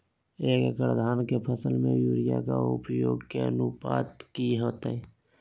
एक एकड़ धान के फसल में यूरिया के उपयोग के अनुपात की होतय?